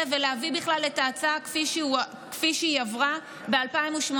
ולהביא בכלל את ההצעה כפי שהיא עברה ב-2018.